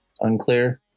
unclear